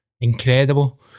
Incredible